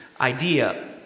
idea